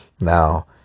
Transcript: Now